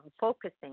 focusing